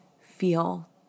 feel